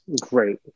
Great